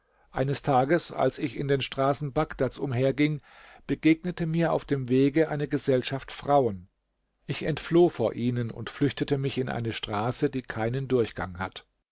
eines tages als ich in den straßen bagdads umherging begegnete mir auf dem wege eine gesellschaft frauen ich entfloh vor ihnen und flüchtete mich in eine straße die keinen durchgang hat